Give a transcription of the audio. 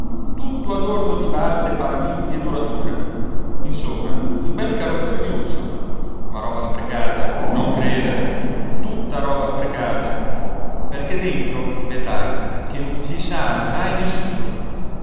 tutto adorno di balze e paramenti e dorature insomma un bel carrozzone di lusso ma roba sprecata non credere tutta roba sprecata perché dentro vedrai che non ci sale mai nessuno